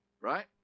right